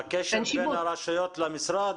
בקשר בין הרשויות למשרד?